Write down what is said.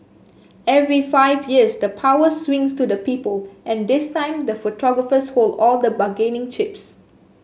every five years the power swings to the people and this time the photographers hold all the bargaining chips